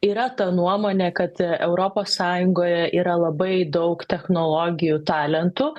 yra ta nuomonė kad europos sąjungoje yra labai daug technologijų talentų